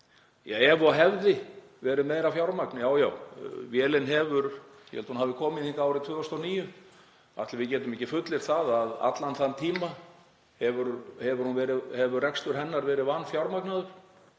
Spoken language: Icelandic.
Ef og hefði verið meira fjármagn, já, já, ég held aðvélin hafi komið hingað árið 2009. Ætli við getum ekki fullyrt að allan þann tíma hefur rekstur hennar verið vanfjármagnaður.